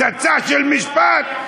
פצצה של משפט.